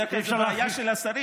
בדרך כלל זו בעיה של השרים,